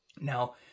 Now